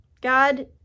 God